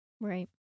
Right